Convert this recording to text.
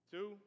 Two